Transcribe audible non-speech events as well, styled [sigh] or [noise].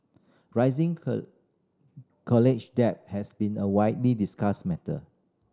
rising [unintelligible] college debt has been a widely discussed matter